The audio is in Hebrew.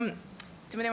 אתם יודעים,